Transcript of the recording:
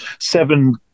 Seven